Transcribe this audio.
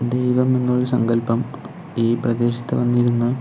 ദൈവം എന്നൊരു സങ്കല്പം ഈ പ്രദേശത്തു വന്നിരുന്നു